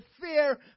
fear